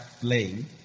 playing